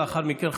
ולאחר מכן,